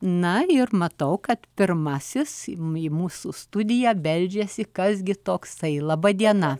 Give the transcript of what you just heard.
na ir matau kad pirmasis į mūsų studiją beldžiasi kas gi toksai laba diena